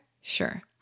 Sure